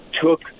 took